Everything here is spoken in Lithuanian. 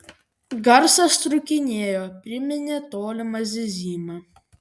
garsas trūkinėjo priminė tolimą zyzimą